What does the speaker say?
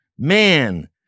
Man